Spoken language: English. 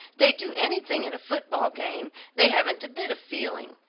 they'd do anything in a football game, they haven't a bit of feeling.